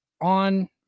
on